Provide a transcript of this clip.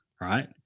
right